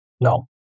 No